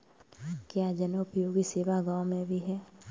क्या जनोपयोगी सेवा गाँव में भी है?